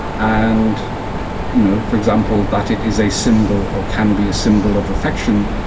and you know, for example, that it is a symbol, or can be a symbol of affection,